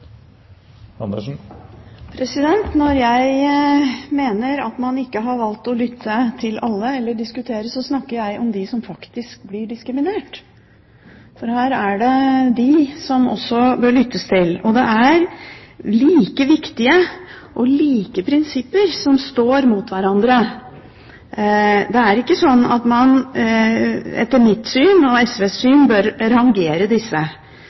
for. Når jeg mener at man har valgt ikke å lytte til alle eller diskutere, så snakker jeg om dem som faktisk blir diskriminert. For her er det dem som bør lyttes til. Det er like viktige og like prinsipper som står mot hverandre. Det er ikke sånn etter mitt og SVs syn at en bør rangere disse.